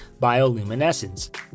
bioluminescence